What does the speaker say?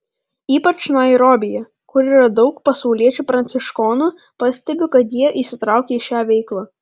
ypač nairobyje kur yra daug pasauliečių pranciškonų pastebiu kad jie įsitraukę į šią veiklą